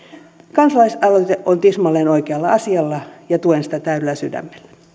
kansalaisaloite on tismalleen oikealla asialla ja tuen sitä